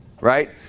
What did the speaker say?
right